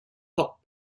top